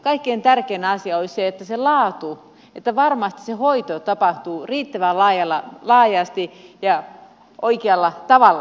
kaikkein tärkein asia olisi se laatu että varmasti se hoito tapahtuu riittävän laajasti ja oikealla tavalla